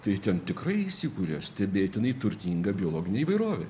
tai ten tikrai įsikūria stebėtinai turtinga biologinė įvairovė